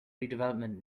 redevelopment